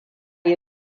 yi